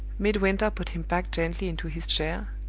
midwinter put him back gently into his chair,